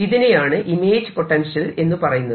ഇതിനെയാണ് image potential എന്ന് പറയുന്നത്